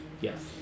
Yes